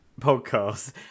podcast